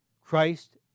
Christ